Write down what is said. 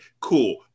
Cool